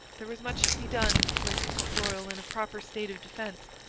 there was much to be done to place port royal in a proper state of defence,